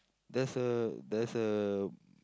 there's a there's a